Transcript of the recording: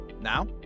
Now